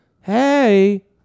hey